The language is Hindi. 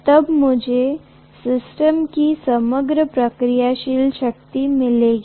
तब मुझे सिस्टम की समग्र प्रतिक्रियाशील शक्ति मिलेगी